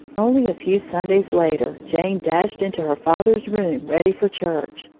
only a few sundays later jane dashed into her father's room ready for church.